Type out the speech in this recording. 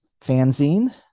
fanzine